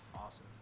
Awesome